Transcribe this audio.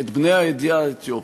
את בני העדה האתיופית,